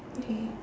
okay